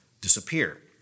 disappear